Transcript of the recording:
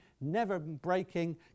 never-breaking